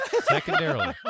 secondarily